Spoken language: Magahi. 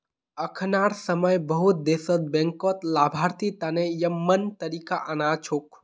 अखनार समय बहुत देशत बैंकत लाभार्थी तने यममन तरीका आना छोक